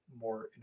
more